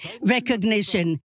recognition